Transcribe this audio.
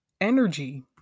energy